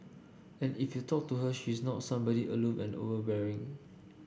and if you talk to her she's not somebody aloof and overbearing